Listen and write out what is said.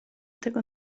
tego